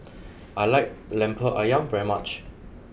I like Lemper Ayam very much